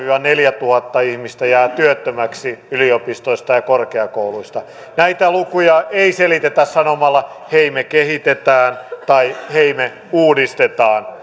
neljätuhatta ihmistä jää työttömäksi yliopistoista ja korkeakouluista näitä lukuja ei selitetä sanomalla hei me kehitetään tai hei me uudistetaan